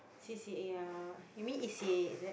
c_c_a ah you mean e_c_a is it